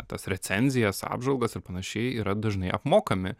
tas recenzijas apžvalgas ir panašiai yra dažnai apmokami